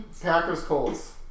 Packers-Colts